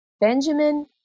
Benjamin